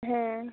ᱦᱮᱸ